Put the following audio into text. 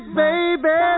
baby